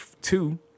two